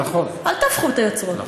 אל תהפכו את היוצרות.